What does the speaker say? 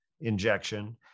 injection